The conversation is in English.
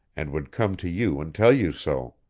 and would come to you and tell you so.